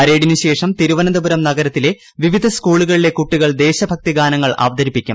പരേഡിനുശേഷം തിരുവനന്തപുരം നഗ്ഗരത്തിലെ വിവിധ സ് കൂളുകളിലെ കുട്ടികൾ ദേശഭക്തിഗാന്ങ്ങൾ അവതരിപ്പിക്കും